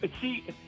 See